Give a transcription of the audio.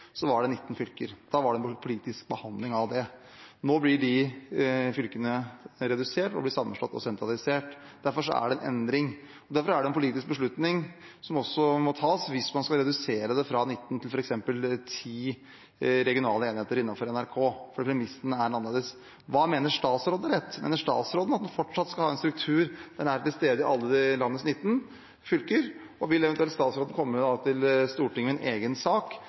var det 19 fylker. Da var det en politisk behandling av det. Nå blir antall fylker redusert – de blir sammenslått og sentralisert. Derfor er det en endring. Derfor er det en politisk beslutning som må tas hvis man skal redusere fra 19 til f.eks. 10 regionale enheter innenfor NRK, for premissene er annerledes. Hva mener statsråden er rett? Mener statsråden at man fortsatt skal ha en struktur der man er til stede i alle landets 19 fylker, og vil statsråden eventuelt komme til Stortinget med en egen sak